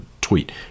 tweet